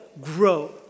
grow